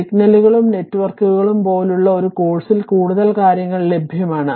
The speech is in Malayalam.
സിഗ്നലുകളും നെറ്റ്വർക്കുകളും പോലുള്ള ഒരു കോഴ്സിൽ കൂടുതൽ കാര്യങ്ങൾ ലഭ്യമാണ് അല്ലേ